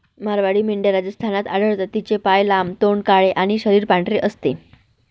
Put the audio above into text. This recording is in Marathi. मारवाडी मेंढ्या राजस्थानात आढळतात, तिचे पाय लांब, तोंड काळे आणि शरीर पांढरे असते